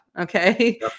Okay